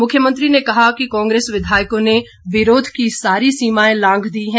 मुख्यमंत्री ने कहा कि कांग्रेस विधायकों ने विरोध की सारी सीमाएं लांघी है